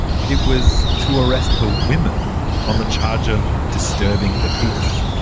it was to arrest the women on the charge of disturbing the peace.